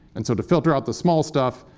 and so to filter out the small stuff,